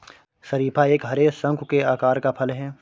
शरीफा एक हरे, शंकु के आकार का फल है